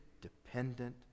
dependent